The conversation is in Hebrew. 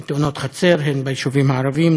שיותר מ-90% מתאונות החצר הן ביישובים הערביים,